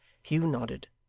hugh nodded,